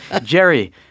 Jerry